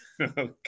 Okay